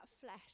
flesh